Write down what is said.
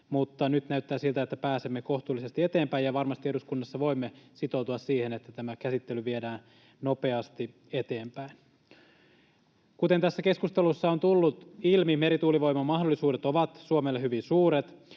nyt näyttää siltä, että pääsemme kohtuullisesti eteenpäin, ja varmasti eduskunnassa voimme sitoutua siihen, että tämä käsittely viedään nopeasti eteenpäin. Kuten tässä keskustelussa on tullut ilmi, merituulivoiman mahdollisuudet ovat Suomelle hyvin suuret.